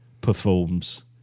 performs